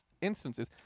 instances